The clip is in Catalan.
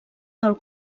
del